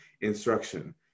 instruction